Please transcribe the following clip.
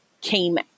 came